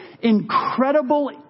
incredible